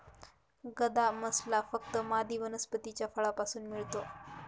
गदा मसाला फक्त मादी वनस्पतीच्या फळापासून मिळतो